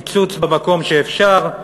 קיצוץ במקום שאפשר,